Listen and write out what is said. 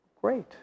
Great